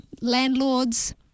landlords